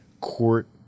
court